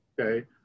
okay